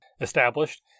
established